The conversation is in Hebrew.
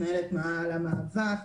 מנהל מאהל המאבק.